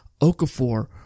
Okafor